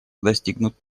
достигнут